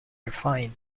refined